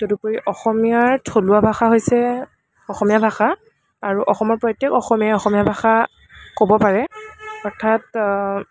তদুপৰি অসমীয়াৰ থলুৱা ভাষা হৈছে অসমীয়া ভাষা আৰু অসমৰ প্ৰত্য়েক অসমীয়াই অসমীয়া ভাষা ক'ব পাৰে অৰ্থাৎ